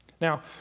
Now